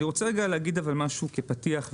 אני רוצה להגיד משהו כפתיח,